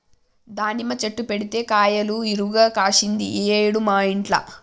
దానిమ్మ చెట్టు పెడితే కాయలు ఇరుగ కాశింది ఈ ఏడు మా ఇంట్ల